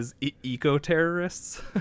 eco-terrorists